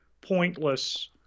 pointless